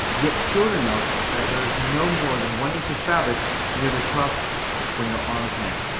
yet short enough that there is no more than one inch of fabric near the cuff when your arms hang.